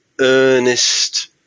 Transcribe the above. earnest